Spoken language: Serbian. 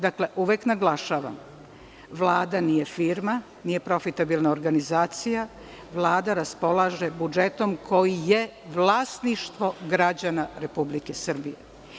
Dakle, uvek naglašavam, Vlada nije firma, nije profitabilna organizacija, Vlada raspolaže budžetom koji je vlasništvo građana Republike Srbije.